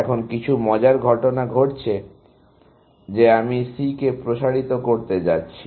এখন কিছু মজার ঘটনা ঘটছে যে আমি C কে প্রসারিত করতে যাচ্ছি